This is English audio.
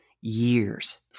years